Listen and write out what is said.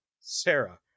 Sarah